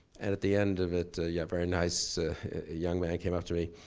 and at the end of it a yeah very nice young man came up to me,